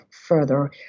further